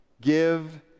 Give